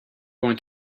going